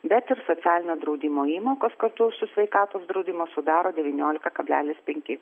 bet ir socialinio draudimo įmokos kartu su sveikatos draudimu sudaro devyniolika kablelis penki